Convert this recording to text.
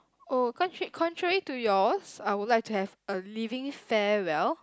oh contra~ contrary to yours I would like to have a leaving farewell